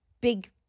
big